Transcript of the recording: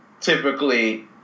typically